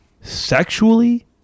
sexually